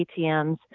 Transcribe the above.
ATMs